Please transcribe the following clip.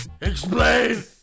Explain